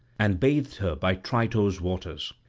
and bathed her by trito's waters.